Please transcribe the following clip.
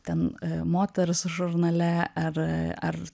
ten moters žurnale ar ar